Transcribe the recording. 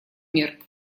мер